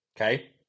Okay